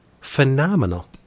phenomenal